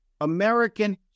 American